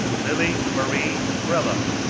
lilly marie grella,